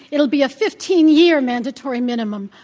it'll be a fifteen year mandatory minimum,